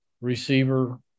receiver